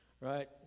Right